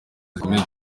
zikomeye